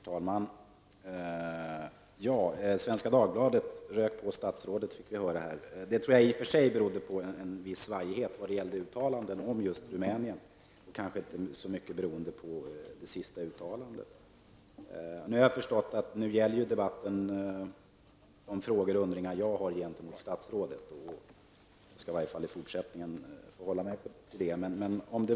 Herr talman! Vi fick höra här att Svenska Dagbladet har rykt på statsrådet. Jag tror att det berodde på en viss svajighet i uttalandena om just Rumänien, och kanske inte så mycket på det senaste uttalandet. Jag har förstått att debatten gäller de frågor och undringar som jag har gentemot statsrådet. Jag skall i fortsättningen hålla mig till det.